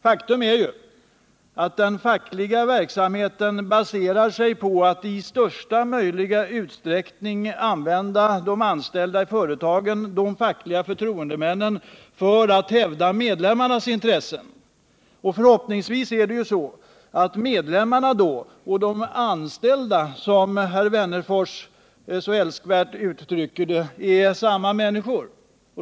Faktum är ju att den fackliga verksamheten baserar sig på att man i största möjliga utsträckning använder de anställda i företagen och de fackliga förtroendemännen för att hävda medlemmarnas intressen. Förhoppningsvis är det så att medlemmarna och de anställda, som Alf Wennerfors så älskvärt uttrycker det, är samma människor.